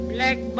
Black